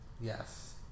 Yes